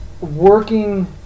working